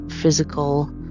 physical